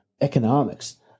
economics